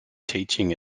teaching